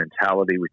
mentality